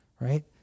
Right